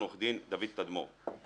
עורך דין דוד תדמור,